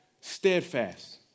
steadfast